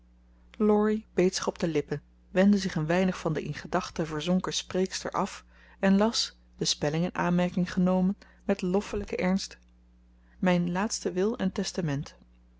beet zich op de lippen wendde zich een weinig van de in gedachten verzonken spreekster af en las de spelling in aanmerking genomen met loffelijken ernst mijn laatste wil en testament